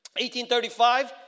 1835